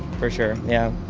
for sure, yeah,